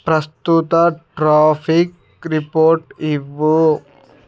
ప్రస్తుత traffic report ఇవ్వు